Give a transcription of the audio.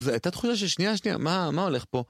זה הייתה תחושה של שנייה, שנייה, מה מה הולך פה?